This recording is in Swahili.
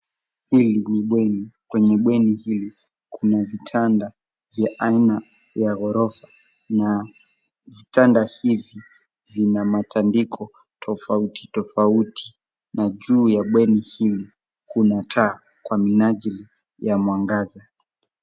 Hili ni bweni. Kwenye bweni hili, kuna vitanda vya aina ya ghorofa na vitanda hivi vina matandiko tofauti tofauti na juu ya bweni hili kuna taa kwa minajili ya mwangaza.